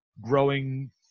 growing